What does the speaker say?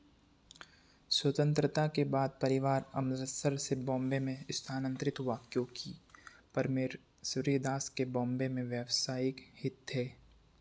स्वतंत्रता के बाद परिवार अमृतसर से बॉम्बे में स्थानंतरित हुआ क्योंकि परमेश्वरीदास के बॉम्बे में व्यवसायिक हित थे